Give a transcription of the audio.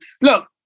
look